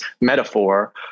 metaphor